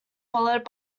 followed